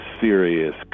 serious